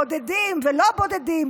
בודדים ולא בודדים,